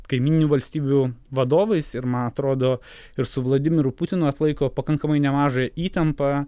kaimyninių valstybių vadovais ir man atrodo ir su vladimiru putinu atlaiko pakankamai nemažą įtampą